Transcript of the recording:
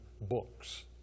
books